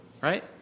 Right